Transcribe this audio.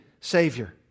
Savior